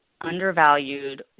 undervalued